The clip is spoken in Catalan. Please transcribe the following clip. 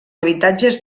habitatges